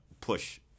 push